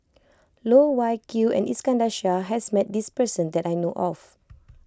Loh Wai Kiew and Iskandar Shah has met this person that I know of